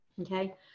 Okay